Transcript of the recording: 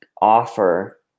offer